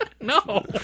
No